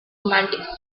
romantic